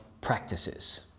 practices